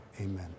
Amen